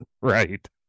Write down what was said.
Right